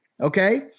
okay